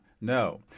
no